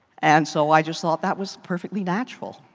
and so i just thought that was perfectly natural.